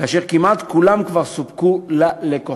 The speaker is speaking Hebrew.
כאשר כמעט כולם כבר סופקו ללקוחות.